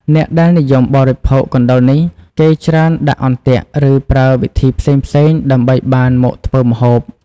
អ្នកដែលនិយមបរិភោគកណ្តុរនេះ គេច្រើនដាក់អន្ទាក់ ឬ ប្រើវិធីផ្សេងៗ ដើម្បីបានមកធ្វើម្ហូប។